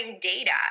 data